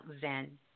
Zen